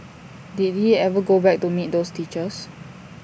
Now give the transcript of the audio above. did he ever go back to meet those teachers